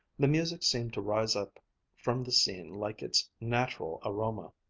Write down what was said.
the music seemed to rise up from the scene like its natural aroma.